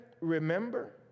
remember